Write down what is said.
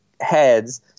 heads